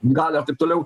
galią taip toliau